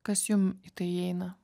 kas jum į tai įeina